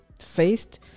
faced